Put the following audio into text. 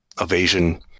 evasion